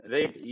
Right